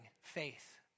faith